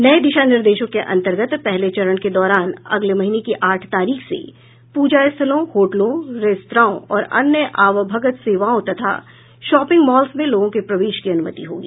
नए दिशा निर्देशों के अंतर्गत पहले चरण के दौरान अगले महीने की आठ तारीख से पूजा स्थलों होटलों रेस्त्राओं और अन्य आवभगत सेवाओं तथा शॉपिंग मॉल्स में लोगों के प्रवेश की अनुमति होगी